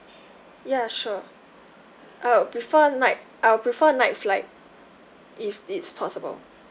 ya sure I'll prefer night I'll prefer night flight if it's possible